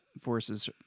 forces